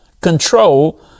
control